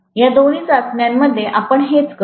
या दोन चाचण्यां मध्ये आपण हेच करतो